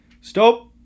stop